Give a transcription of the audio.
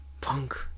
punk